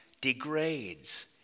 degrades